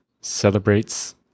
celebrates